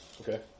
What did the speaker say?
Okay